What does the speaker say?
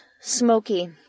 smoky